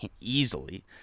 easily